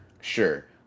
sure